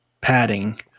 padding